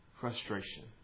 Frustration